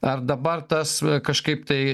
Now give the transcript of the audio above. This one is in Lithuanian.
ar dabar tas kažkaip tai